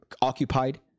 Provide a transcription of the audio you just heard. occupied